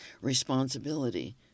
responsibility